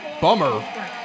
Bummer